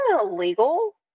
illegal